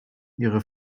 ihre